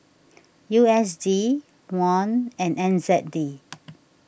U S D Won and N Z D